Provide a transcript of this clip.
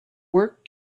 work